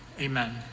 amen